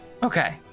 Okay